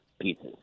pieces